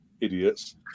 Idiots